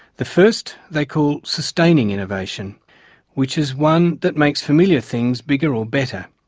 the first they call sustaining innovation which is one that makes familiar things bigger or better.